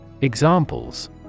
Examples